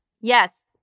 Yes